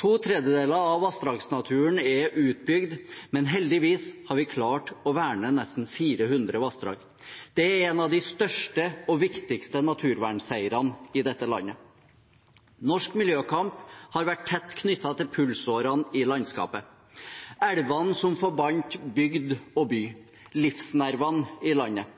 To tredjedeler av vassdragsnaturen er utbygd, men heldigvis har vi klart å verne nesten 400 vassdrag. Det er en av de største og viktigste naturvernseirene i dette landet. Norsk miljøkamp har vært tett knyttet til pulsårene i landskapet – elvene som forbandt bygd og by, livsnervene i landet.